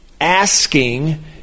asking